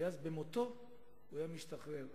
ואז במותו הוא היה משתחרר.